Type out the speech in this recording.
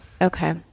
Okay